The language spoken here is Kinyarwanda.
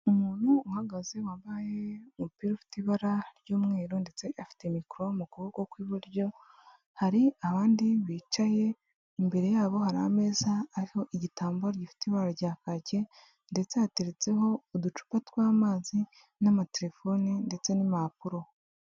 Umuntu uhagaze wambaye umupira ufite ibara ry'umweru ndetse afite mikoro mu kuboko kw'iburyo, hari abandi bicaye, imbere yabo hari ameza ariho igitambaro gifite ibara rya kake ndetse hateretseho uducupa tw'amazi n'amaterefone ndetse n'impapuro.